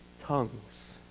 tongues